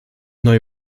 neue